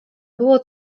było